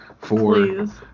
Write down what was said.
Please